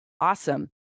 Awesome